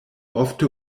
ofte